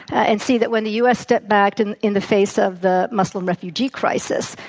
and see that when the u. s. stepped back and in the face of the muslim refugee crisis,